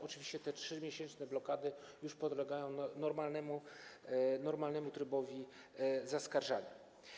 Oczywiście te 3-miesięczne blokady już podlegają normalnemu trybowi zaskarżania.